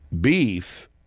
beef